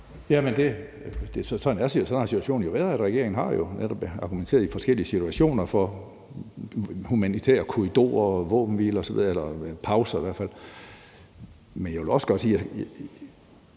Hønge (SF): Sådan har situationen jo været, nemlig at regeringen har argumenteret i forskellige situationer for humanitære korridorer, våbenhvile osv., eller pauser i hvert fald. Men jeg vil også sige, at